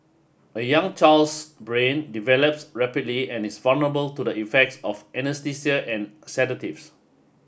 a young child's brain develops rapidly and is vulnerable to the effects of anaesthesia and sedatives